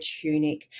tunic